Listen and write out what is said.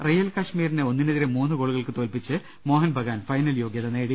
real കശ്മീരിനെ ഒന്നിനെതിരേ മൂന്ന് ഗോളു കൾക്ക് തോൽപ്പിച്ച് മോഹൻബഗാൻ ഫൈനൽ യോഗ്യത നേടി